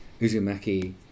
Uzumaki